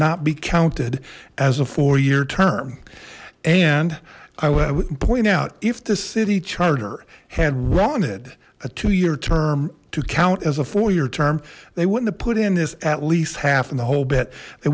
not be counted as a four year term and i would point out if the city charter had wanted a two year term to count as a four year term they wouldn't have put in this at least half in the whole bit they